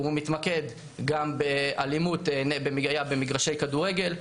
הוא מתמקד גם באלימות במגרשי כדורגל,